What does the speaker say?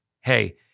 Hey